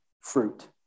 fruit